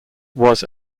was